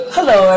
Hello